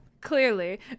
clearly